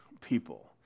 people